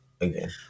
Again